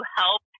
help